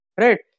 right